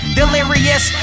delirious